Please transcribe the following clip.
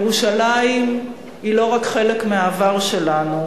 ירושלים היא לא רק חלק מהעבר שלנו,